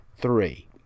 three